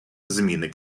зміни